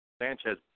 Sanchez